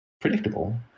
predictable